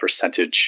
percentage